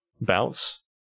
bounce